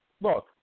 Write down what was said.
look